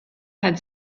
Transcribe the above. had